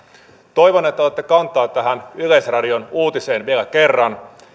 toivon että otatte kantaa tähän yleisradion uutiseen vielä kerran